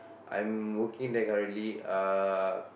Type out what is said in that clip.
I'm working there currently uh